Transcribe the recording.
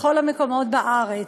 בכל המקומות בארץ.